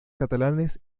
catalanes